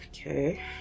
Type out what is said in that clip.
Okay